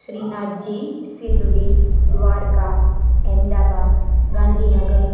Shrinathji Shirdi Dwarka Ahmedabad Gandhinagar